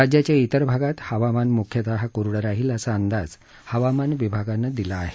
राज्याच्या त्रिर भागात हवामान मुख्यतः कोरडं राहील असा अंदाज हवामान विभागानं दिला आहे